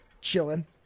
chilling